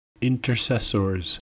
intercessors